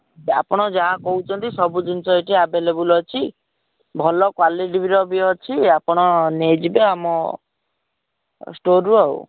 ଆପଣ ଯାହା କହୁଛନ୍ତି ସବୁ ଜିନିଷ ଏଇଠି ଆଭେଲେବଲ୍ ଅଛି ଭଲ କ୍ୱାଲିଟିର ଅଛି ଆପଣ ନେଇଯିବେ ଆମ ଷ୍ଟୋର୍ରୁ ଆଉ